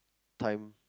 time